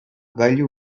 gailu